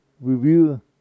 review